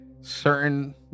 certain